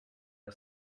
are